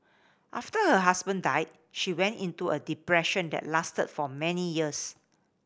after her husband died she went into a depression that lasted for many years